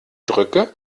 drücke